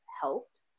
helped